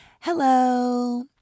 hello